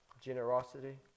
generosity